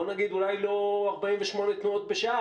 אולי לא 48 תנועות בשעה,